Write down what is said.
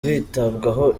bitabwaho